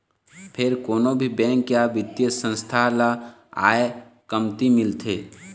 फेर कोनो भी बेंक या बित्तीय संस्था ल आय कमती मिलथे